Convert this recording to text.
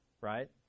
right